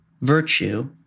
virtue